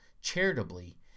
charitably